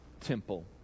temple